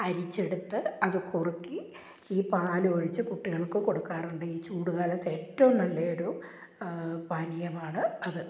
അരിച്ചെടുത്ത് അത് കുറുക്കി ഈ പാലും ഒഴിച്ച് കുട്ടികള്ക്ക് കൊടുക്കാറുണ്ട് ഈ ചൂടുകാലത്തേറ്റവും നല്ലയൊരു പാനീയമാണ് അത്